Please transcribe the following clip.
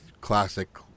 classic